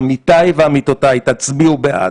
עמיתיי ועמיתותיי, תצביעו בעד,